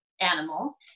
animal